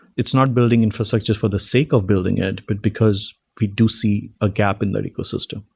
it's not building infrastructures for the sake of building it, but because we do see a gap in their ecosystem.